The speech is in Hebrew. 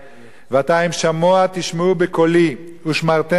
ועתה אם שמע תשמעו בקֹלי ושמרתם את בריתי